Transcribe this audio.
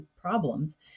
problems